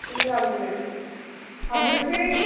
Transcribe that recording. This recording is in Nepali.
ए हजुर हाम्रो चाहिँ